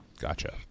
Gotcha